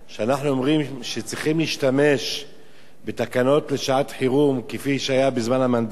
כשאנחנו אומרים שצריך להשתמש בתקנות לשעת-חירום כפי שהיה בזמן המנדט,